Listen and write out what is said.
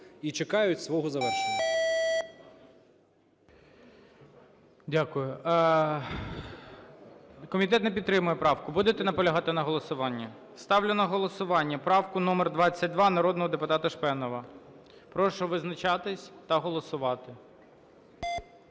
і чекають свого завершення.